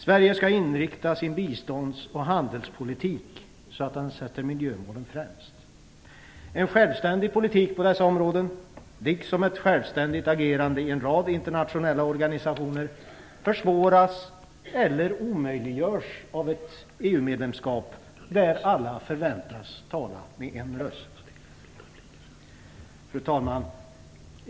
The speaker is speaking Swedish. Sverige skall inrikta sin bistånds och handelspolitik på att sätta miljömålen främst. En självständig politik på dessa områden, liksom ett självständigt agerande i en rad internationella organisationer, försvåras eller omöjliggörs genom ett EU-medlemskap, där alla förväntas tala med en röst. Fru talman!